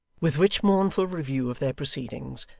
with which mournful review of their proceedings,